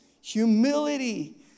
humility